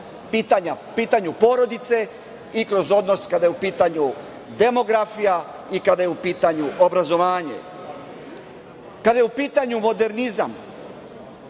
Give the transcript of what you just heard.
prema pitanju porodice i kroz odnos kada je u pitanju demografija i kada je u pitanju obrazovanje. Kada je u pitanju modernizam,